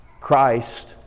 Christ